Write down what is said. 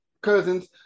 Cousins